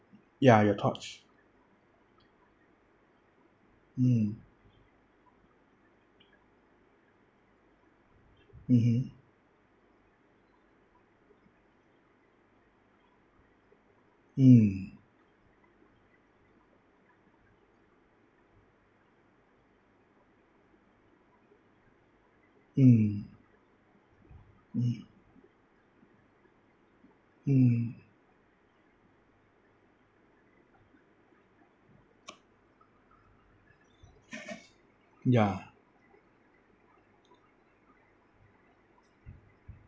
ya your thoughts mm mmhmm mm mm mm mm ya